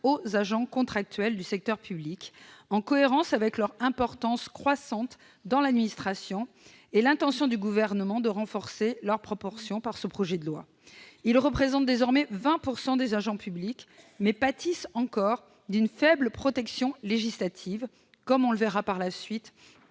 aux agents contractuels du secteur public, en cohérence avec l'importance croissante de ceux-ci au sein de l'administration et l'intention du Gouvernement de renforcer leur proportion par le biais de ce projet de loi. Les agents contractuels représentent désormais 20 % des agents publics, mais pâtissent encore d'une faible protection législative, comme on le verra dans la suite